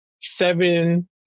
seven